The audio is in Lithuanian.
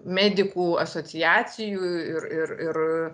medikų asociacijų ir ir ir